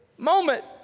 moment